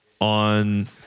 On